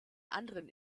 anderen